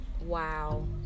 Wow